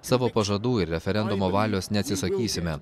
savo pažadų ir referendumo valios neatsisakysime